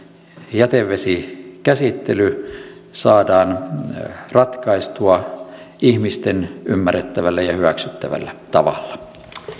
jätevesikäsittely saadaan ratkaistua ihmisten ymmärrettävällä ja hyväksyttävällä tavalla